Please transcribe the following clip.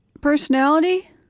personality